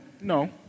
no